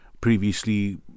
Previously